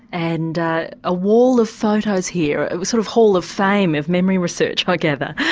and a wall of photos here, a sort of hall of fame of memory research i gather. yeah,